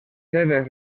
seves